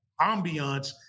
ambiance